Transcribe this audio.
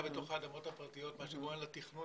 בתוך האדמות הפרטיות מה שגורם לתכנון